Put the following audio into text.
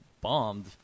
bombed